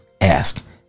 ask